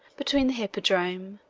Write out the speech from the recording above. between the hippodrome,